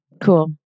Cool